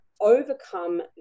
overcome